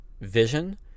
vision